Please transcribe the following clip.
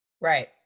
Right